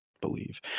believe